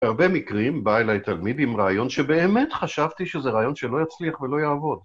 הרבה מקרים בא אלי תלמיד עם רעיון שבאמת חשבתי שזה רעיון שלא יצליח ולא יעבוד.